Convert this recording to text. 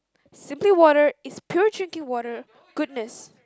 simply water is pure drinking water goodness